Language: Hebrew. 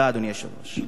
תודה לאדוני.